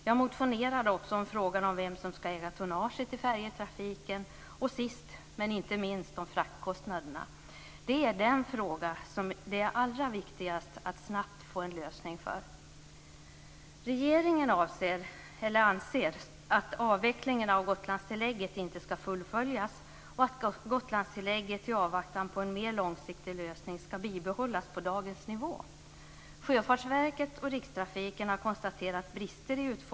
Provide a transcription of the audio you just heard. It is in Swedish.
Jag motionerar också om frågan om vem som ska äga tonnaget i färjetrafiken och sist, men inte minst, om fraktkostnaderna. Det är den fråga som det är allra viktigast att snabbt få en lösning på.